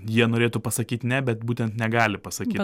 jie norėtų pasakyt ne bet būtent negali pasakyt